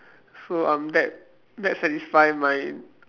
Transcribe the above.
so I'm that that satisfy with my